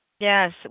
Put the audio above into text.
Yes